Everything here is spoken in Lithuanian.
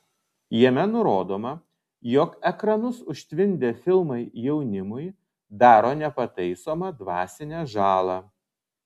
jame nurodoma jog ekranus užtvindę filmai jaunimui daro nepataisomą dvasinę žalą